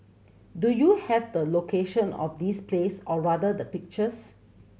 do you have the location of this place or rather the pictures